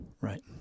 Right